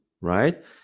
right